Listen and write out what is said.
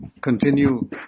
continue